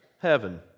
heaven